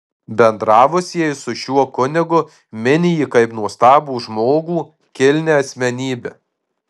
bendravusieji su šiuo kunigu mini jį kaip nuostabų žmogų kilnią asmenybę